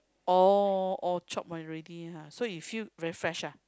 oh oh chopped already !huh! so you feel very fresh ah